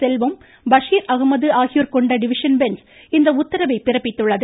செல்வம் பஷீர் அஹமது ஆகியோர் கொண்ட டிவிசன் நீதிபதிகள் பெஞ்ச் இந்த உத்தரவை பிறப்பித்துள்ளது